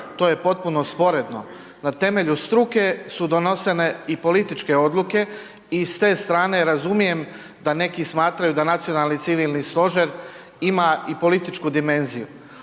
to je potpuno sporedno. Na temelju struke su donošene i političke odluke i s te strane razumijem da neki smatraju da Nacionalni civilni stožer ima i političku dimenziju.